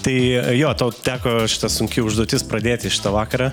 tai jo tau teko šita sunki užduotis pradėti šitą vakarą